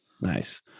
nice